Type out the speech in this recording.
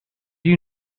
you